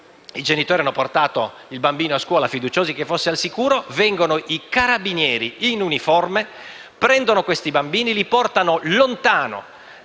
I genitori hanno portato i bambini a scuola, fiduciosi che fossero al sicuro: vengono i carabinieri in uniforme, prendono questi bambini e li portano lontano